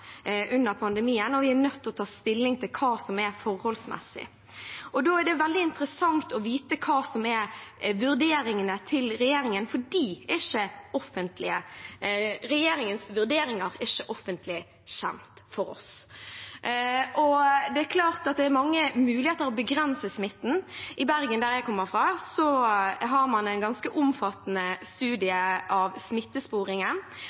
stilling til hva som er forholdsmessig. Da er det veldig interessant å vite hva som er vurderingene til regjeringen, for regjeringens vurderinger er ikke offentlig kjent for oss. Det er klart at det er mange muligheter for å begrense smitten. I Bergen, der jeg kommer fra, har man en ganske omfattende studie av smittesporingen